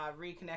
reconnect